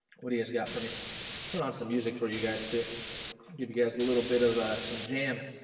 what he has got for me just turn on some music for you guys to give you guys a little bit of ah some jam